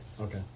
Okay